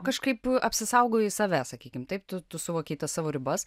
kažkaip apsisaugojai save sakykim taip tu suvokei savo ribas